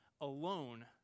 alone